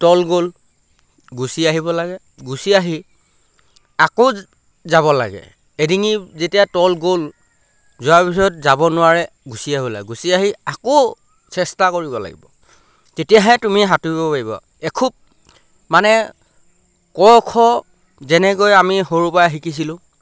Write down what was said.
তল গ'ল গুচি আহিব লাগে গুচি আহি আকৌ যাব লাগে এডিঙি যেতিয়া তল গ'ল যোৱাৰ পিছত যাব নোৱাৰে গুচি আহিব লাগে গুচি আহি আকৌ চেষ্টা কৰিব লাগিব তেতিয়াহে তুমি সাঁতুৰিব পাৰিব এখোপ মানে ক খ যেনেকৈ আমি সৰুৰপৰাই শিকিছিলোঁ